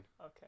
okay